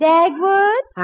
Dagwood